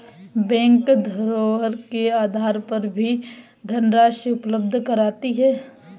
bank धरोहर के आधार पर भी धनराशि उपलब्ध कराती है